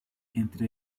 entre